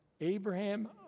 Abraham